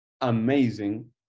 amazing